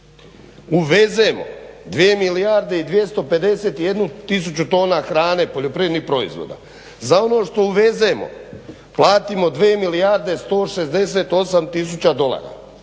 uvezemo 2 milijarde i 251 tisuća tona hrane poljoprivrednih proizvoda. Za ono što uvezemo platimo 2 milijarde 168 tisuća dolara,